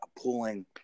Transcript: pulling